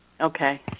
Okay